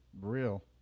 Real